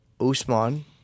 Usman